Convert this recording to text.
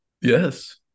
yes